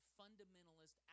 fundamentalist